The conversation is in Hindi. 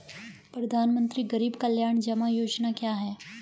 प्रधानमंत्री गरीब कल्याण जमा योजना क्या है?